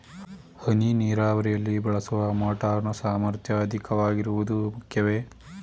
ಹನಿ ನೀರಾವರಿಯಲ್ಲಿ ಬಳಸುವ ಮೋಟಾರ್ ನ ಸಾಮರ್ಥ್ಯ ಅಧಿಕವಾಗಿರುವುದು ಮುಖ್ಯವೇ?